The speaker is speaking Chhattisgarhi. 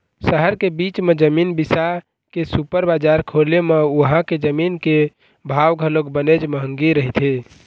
सहर के बीच म जमीन बिसा के सुपर बजार खोले म उहां के जमीन के भाव घलोक बनेच महंगी रहिथे